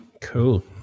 cool